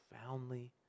profoundly